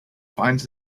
finds